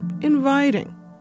inviting